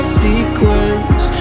sequence